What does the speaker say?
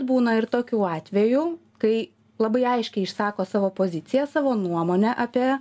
būna ir tokių atvejų kai labai aiškiai išsako savo poziciją savo nuomonę apie